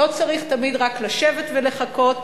לא צריך תמיד רק לשבת ולחכות,